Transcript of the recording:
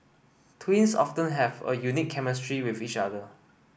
twins often have a unique chemistry with each other